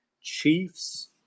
Chiefs